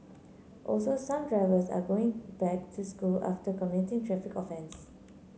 also some drivers are going back to school after committing traffic offence